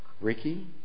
Ricky